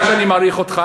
אתה יודע שאני מעריך אותך,